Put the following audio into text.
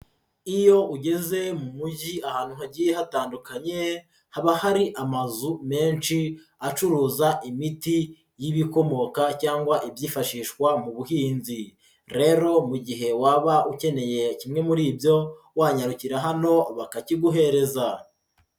Iyo ugeze mu mujyi ahantu hagiye hatandukanye, haba hari amazu menshi acuruza imiti y'ibikomoka cyangwa ibyifashishwa mu buhinzi, rero mu gihe waba ukeneye kimwe muri ibyo, wanyarukira hano bakakiguhereza.